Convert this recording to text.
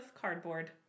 cardboard